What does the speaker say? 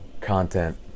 content